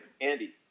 Andy